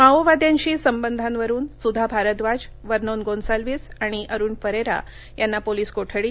माओवाद्यांशी संबधांवरुन सुधा भारद्वाज वर्नोन गोन्साल्विस आणि अरुण फरेरा यांना पोलीस कोठडी